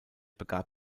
begab